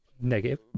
negative